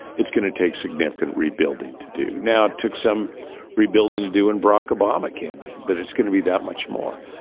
it's going to take significant rebuilding to do now took some rebuilding to do and barack obama came in. but it's going to be that much more.